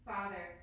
Father